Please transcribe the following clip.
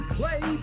play